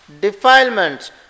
defilements